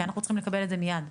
כי אנחנו צריכים לקבל את זה מיד.